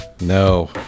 No